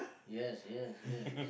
yes yes yes